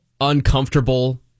uncomfortable